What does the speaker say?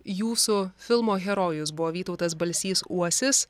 jūsų filmo herojus buvo vytautas balsys uosis